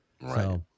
Right